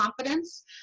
confidence